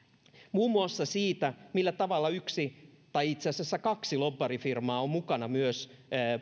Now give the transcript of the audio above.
muun muassa siitä millä tavalla yksi lobbarifirma tai itse asiassa kaksi on mukana myös